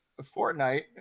Fortnite